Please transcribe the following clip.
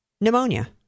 Pneumonia